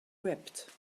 wept